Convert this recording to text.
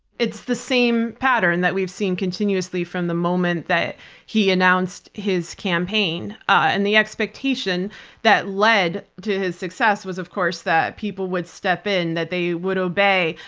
it's the same pattern that we've seen continuously from the moment that he announced his campaign, and the expectation that led to his success was of course that people would step in, that they wouldn't obey,